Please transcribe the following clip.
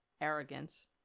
arrogance